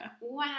wow